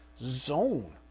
zone